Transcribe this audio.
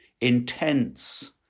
intense